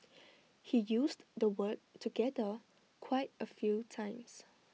he used the word together quite A few times